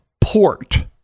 port